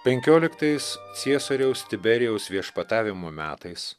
penkioliktais ciesoriaus tiberijaus viešpatavimo metais